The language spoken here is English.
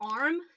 arm